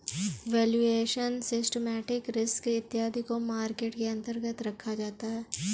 valuation, systematic risk इत्यादि को market के अंतर्गत रखा जाता है